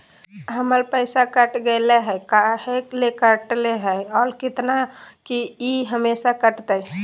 हमर पैसा कट गेलै हैं, काहे ले काटले है और कितना, की ई हमेसा कटतय?